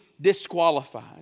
disqualified